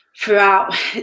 throughout